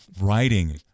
writing